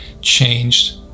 changed